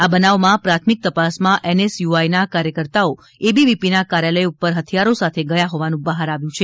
આ બનાવમાં પ્રાથમિક તપાસમાં એનએસયૂઆઇના કાર્યકર્તાઓ એબીવીપીના કાર્યલય પર હથિયારો સાથે ગયા હોવાનું બહાર આવ્યું છે